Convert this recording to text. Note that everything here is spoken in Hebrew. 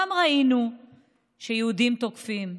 ראינו גם יהודים תוקפים,